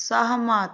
सहमत